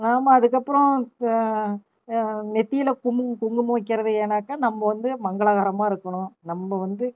நாம் அதுக்கப்பறம் நெற்றியில குங்குமம் வைக்கிறது ஏன்னாக்கா நம்ம வந்து மங்களகரமாக இருக்கணும் நம்ம வந்து